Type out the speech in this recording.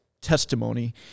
testimony